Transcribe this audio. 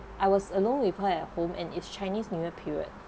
I was alone with her at home and it's chinese new year period